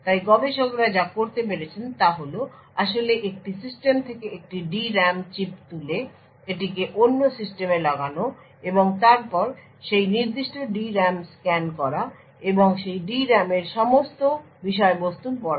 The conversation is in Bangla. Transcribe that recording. তাই গবেষকরা যা করতে পেরেছেন তা হল আসলে একটি সিস্টেম থেকে একটি D RAM চিপ তুলে এটিকে অন্য সিস্টেমে লাগানো এবং তারপর সেই নির্দিষ্ট D RAM স্ক্যান করা এবং সেই D RAM এর সমস্ত বিষয়বস্তু পড়া